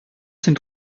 sind